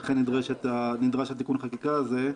לכן נדרש תיקון החקיקה הזה.